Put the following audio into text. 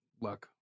luck